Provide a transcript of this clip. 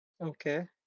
Okay